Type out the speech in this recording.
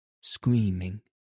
screaming